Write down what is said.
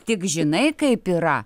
tik žinai kaip yra